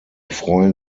freuen